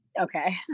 okay